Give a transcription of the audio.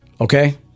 Okay